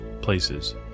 places